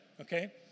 Okay